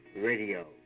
Radio